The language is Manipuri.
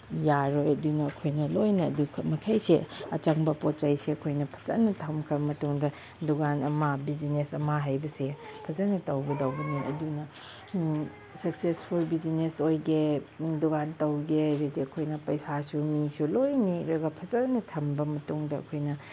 ꯌꯥꯔꯣꯏ ꯑꯗꯨꯅ ꯑꯩꯈꯣꯏꯅ ꯂꯣꯏꯅ ꯑꯗꯨꯃꯈꯩꯁꯦ ꯑꯆꯪꯕ ꯄꯣꯠ ꯆꯩꯁꯦ ꯑꯩꯈꯣꯏꯅ ꯐꯖꯅ ꯊꯝꯈ꯭ꯔ ꯃꯇꯨꯡꯗ ꯗꯨꯀꯥꯟ ꯑꯃ ꯕꯤꯖꯤꯅꯦꯁ ꯑꯃ ꯍꯥꯏꯕꯁꯦ ꯐꯖꯅ ꯇꯧꯒꯗꯧꯕꯅꯦ ꯑꯗꯨꯅ ꯁꯛꯁꯦꯁꯐꯨꯜ ꯕꯤꯖꯤꯅꯦꯁ ꯑꯣꯏꯒꯦ ꯗꯨꯀꯥꯟ ꯇꯧꯒꯦ ꯍꯥꯏꯔꯗꯤ ꯑꯩꯈꯣꯏꯅ ꯄꯩꯁꯥꯁꯨ ꯃꯤꯁꯨ ꯂꯣꯏ ꯅꯦꯛꯂꯒ ꯐꯖꯅ ꯊꯝꯕ ꯃꯇꯨꯡꯗ ꯑꯩꯈꯣꯏꯅ